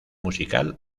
musical